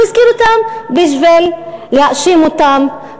הוא הזכיר אותם בשביל להאשים אותם